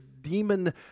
demon